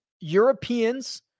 Europeans